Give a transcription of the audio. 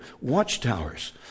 watchtowers